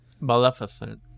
Maleficent